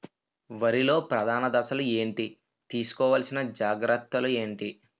వరిలో ప్రధాన దశలు ఏంటి? తీసుకోవాల్సిన జాగ్రత్తలు ఏంటి?